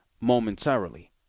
momentarily